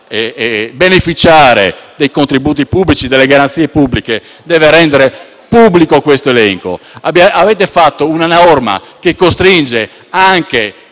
e beneficiare dei contributi pubblici e delle garanzie pubbliche deve rendere pubblico l'elenco. Avete fatto una norma che costringe anche